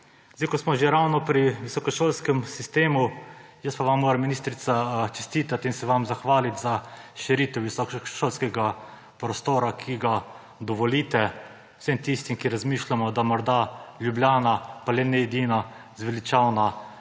Ko smo že ravno pri visokošolskem sistemu, vam moram, ministrica, čestitati in se vam zahvaliti za širitev visokošolskega prostora, ki ga dovolite vsem tistim, ki razmišljamo, da morda pa Ljubljana le ni edina zveličavna